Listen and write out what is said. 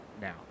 Now